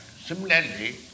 Similarly